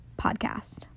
Podcast